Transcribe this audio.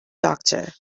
doctor